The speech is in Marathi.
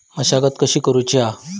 मशागत कशी करूची हा?